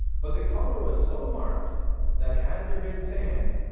but the color was so marked that had there been sand,